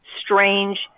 strange